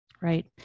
Right